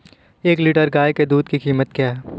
एक लीटर गाय के दूध की कीमत क्या है?